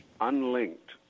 unlinked